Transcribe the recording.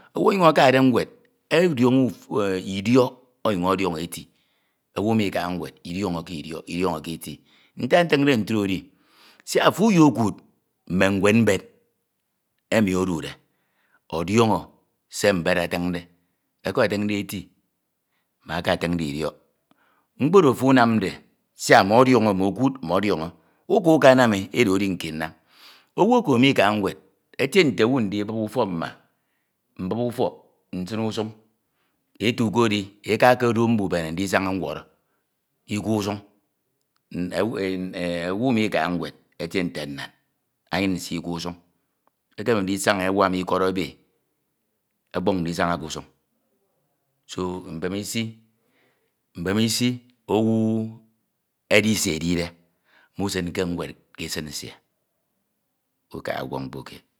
Owu onyin ọdiọñọ u idiọk ọnyin ọdiọñọ eti edi owh emi mikaha ñwed idiöñọke idiọk idiọñọke eti. Ntak ntiñde ntro edi, siak ofo uyekuud mme ñwed mbed emj odude ọdiọñọ be mbed atiñde eke atiñde eti ma eke atiñde idiọk mkpooro ofo unamde siak ọmọdiọñọ omokuud uka ukanam edo edi nkinnam owu oko mikaha ñwed etie nte owu ndidup ufọk mma mbup ufọk nsin usuñ etu ko edi, aka okodok mbubene ndisaña ñwọrọ ikwe usun, n, e owu mikaha ñwed etie nte nnan anyin nsie ikise usnñ ekeme ndisaña awam ikọd ebe ọkpọñ ndisaña kusuñ so mbemisi isi owu edi de edide musinke ñwed ke esid nsie ukaba ukpọk mkpo kied.